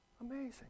Amazing